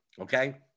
Okay